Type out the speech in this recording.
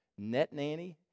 NetNanny